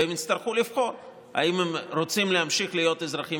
והם יצטרכו לבחור אם הם רוצים להמשיך להיות אזרחים